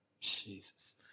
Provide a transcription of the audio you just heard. Jesus